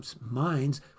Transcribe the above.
minds